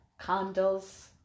Candles